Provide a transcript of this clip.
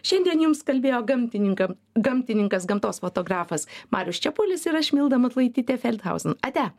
šiandien jums kalbėjo gamtininkam gamtininkas gamtos fotografas marius čepulis ir aš milda matulaitytė feldhausen ate